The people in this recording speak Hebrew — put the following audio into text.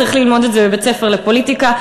צריך ללמוד את זה בבית-ספר לפוליטיקה.